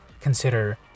Consider